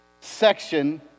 section